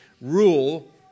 Rule